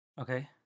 Okay